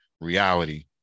reality